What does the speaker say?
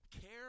care